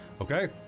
okay